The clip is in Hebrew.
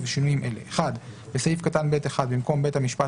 ובשינויים אלה: (1)בסעיף קטן (ב1) במקום "בית המשפט"